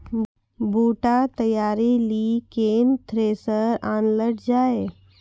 बूटा तैयारी ली केन थ्रेसर आनलऽ जाए?